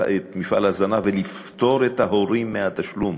מפעל ההזנה ולפטור את ההורים מתשלום.